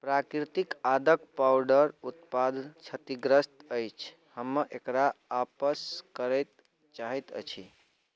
प्राकृतिक आदक पावडर ऊत्पाद क्षतिग्रस्त अछि हम एकरा आपस करै चाहैत अछि